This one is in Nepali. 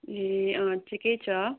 ए अँ ठिकै छ